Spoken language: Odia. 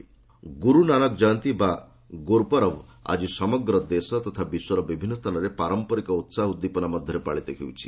ଗୁରୁ ନାନକ ଗୁରୁ ନାନକ ଜୟନ୍ତୀ ବା ଗୁରୁପର୍ବ ଆଜି ସମଗ୍ର ଦେଶ ତଥା ବିଶ୍ୱର ବିଭିନ୍ନ ସ୍ଥାନରେ ପାରମ୍ପାରିକ ଉତ୍ଦୀପନା ମଧ୍ୟରେ ପାଳିତ ହୋଇଛି